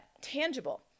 tangible